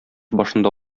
башында